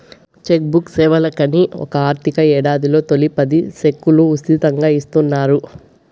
check book సేవలకని ఒక ఆర్థిక యేడాదిలో తొలి పది సెక్కులు ఉసితంగా ఇస్తున్నారు